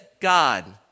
God